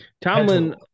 Tomlin